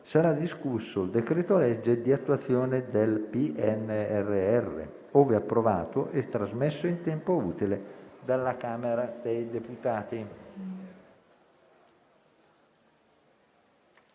sarà discusso il decreto-legge di attuazione del PNRR, ove approvato e trasmesso in tempo utile dalla Camera dei deputati.